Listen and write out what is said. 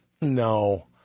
no